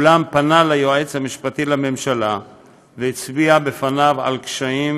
אולם פנה ליועץ המשפטי לממשלה והצביע לפניו על קשיים